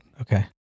Okay